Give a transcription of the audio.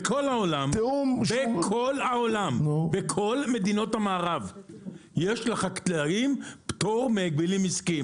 בכל מדינות המערב יש לחקלאים פטור מהגבלים עסקיים.